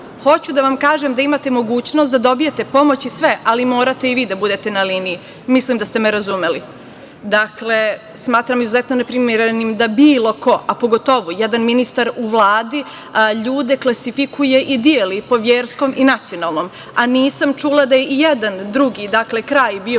hoću da vam kažem, da imate mogućnost da dobijete pomoći sve, ali morate i vi da budete na liniji, mislim da ste me razumeli. Dakle, smatram izuzetno neprimerenim da bilo ko, a pogotovo jedan ministar u Vladi, ljude klasifikuje i deli po verskom i nacionalnom, a nisam čula da je ijedan drugi kraj bio